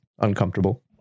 uncomfortable